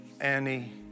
Annie